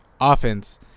offense